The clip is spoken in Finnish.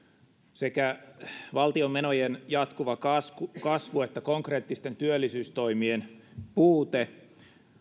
sekä valtion menojen jatkuva kasvu kasvu että konkreettisten työllisyystoimien puute